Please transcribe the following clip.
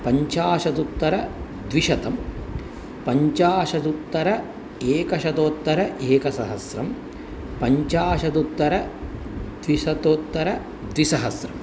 पञ्चाशदुत्तरं द्विशतं पञ्चाशदुत्तरेकशतोत्तरेकसहस्रं पञ्चाशदुत्तरत्रिशतोत्तरद्विसहस्रम्